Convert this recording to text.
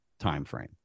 timeframe